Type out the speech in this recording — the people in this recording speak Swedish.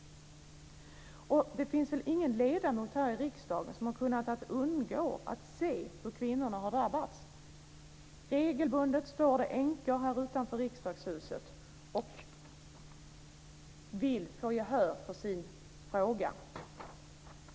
Det finns väl ingen ledamot här i riksdagen som har kunnat undgå att se hur kvinnorna har drabbats. Regelbundet står det änkor här utanför riksdagshuset och vill få gehör för sin fråga.